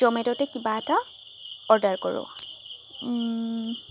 জ'মেট'তে কিবা এটা অৰ্ডাৰ কৰোঁ